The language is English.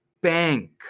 bank